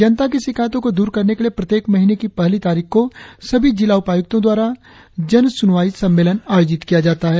जनता की शिकायतों को दूर करने के लिए प्रत्येक महीने की पहली तारीख को सभी जिला उपायुक्तों द्वारा जन सुनवाई सम्मेलन आयोजित किया जाता है